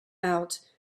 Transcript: out